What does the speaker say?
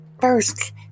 first